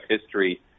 history